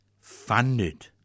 funded